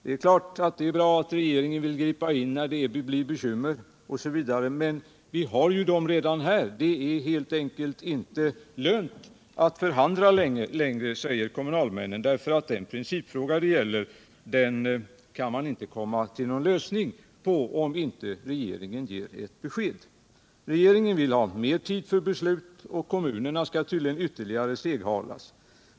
Det är klart att det är bra att regeringen vill gripa in när det uppstår bekymmer osv., men vi har dem ju redan här. Det är helt enkelt inte lönt att förhandla längre, säger kommunalmännen, därför att den principfråga det gäller kan man inte komma till någon lösning på om inte regeringen ger ett besked. Regeringen vill ha mer tid för beslut. Kommunerna skall tydligen ytterligare seghalas.